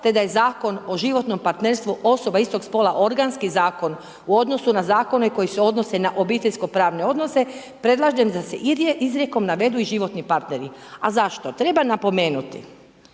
te da je Zakon o životnom partnerstvu osoba istog spola organski zakon u odnosu na zakone koji se odnose na obiteljsko-pravne odnose, predlažem da se izrijekom navedu i životni partneri. A zašto? Treba napomenuti